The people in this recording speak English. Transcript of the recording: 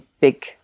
big